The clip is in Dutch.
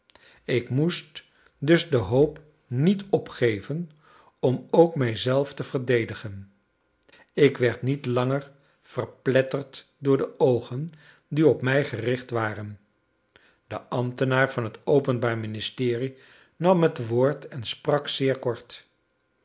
ik moest dus de hoop niet opgeven om ook mij zelf te verdedigen ik werd niet langer verpletterd door de oogen die op mij gericht waren de ambtenaar van het openbaar ministerie nam het woord en sprak zeer kort